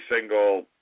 single